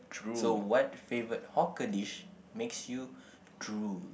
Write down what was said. so what favourite hawker dish makes you drool